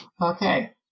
Okay